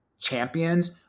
champions